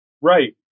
Right